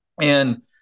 And-